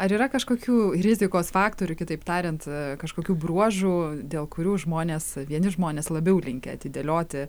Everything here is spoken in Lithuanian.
ar yra kažkokių rizikos faktorių kitaip tariant kažkokių bruožų dėl kurių žmonės vieni žmonės labiau linkę atidėlioti